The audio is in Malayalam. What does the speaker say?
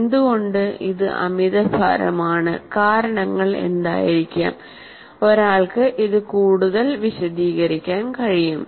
എന്തുകൊണ്ട് ഇത് അമിതഭാരമാണ് കാരണങ്ങൾ എന്തായിരിക്കാം ഒരാൾക്ക് ഇത് കൂടുതൽ വിശദീകരിക്കാൻ കഴിയും